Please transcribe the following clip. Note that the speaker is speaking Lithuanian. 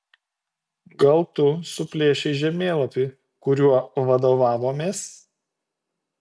gal tu suplėšei žemėlapį kuriuo vadovavomės